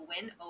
win